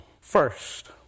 First